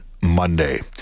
Monday